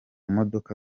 modoka